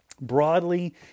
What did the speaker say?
Broadly